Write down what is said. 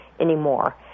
anymore